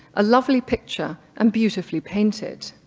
a lovely picture and beautifully painted.